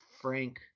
Frank –